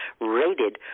rated